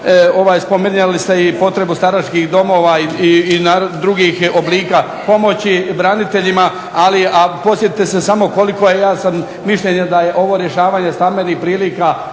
spominjali ste i potrebu staračkih doma i drugih oblika pomoći braniteljima, ali podsjetite se samo koliko, ja sam mišljenja da je ovo rješavanje stambenih prilika